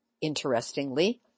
Interestingly